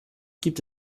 gibt